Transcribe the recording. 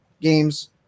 games